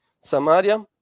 Samaria